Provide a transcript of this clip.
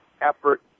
effort